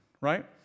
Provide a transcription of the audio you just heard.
right